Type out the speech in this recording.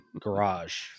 garage